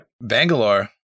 Bangalore